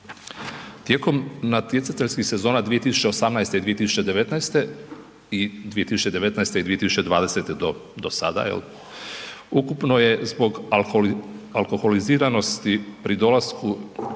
Tijekom natjecateljskih sezona 2018. i 2019. i 2019. i 2020. do, do sada evo, ukupno je zbog alkoholiziranosti pri dolasku,